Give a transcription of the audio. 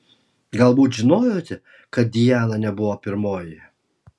galbūt žinojote kad diana nebuvo pirmoji